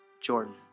Jordan